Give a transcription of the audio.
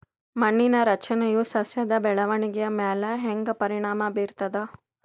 ಮಣ್ಣಿನ ರಚನೆಯು ಸಸ್ಯದ ಬೆಳವಣಿಗೆಯ ಮ್ಯಾಲ ಹ್ಯಾಂಗ ಪರಿಣಾಮ ಬೀರ್ತದ?